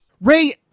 Ray